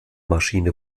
maschine